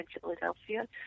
Philadelphia